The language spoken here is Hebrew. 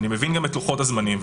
ואני גם מבין את לוחות הזמנים,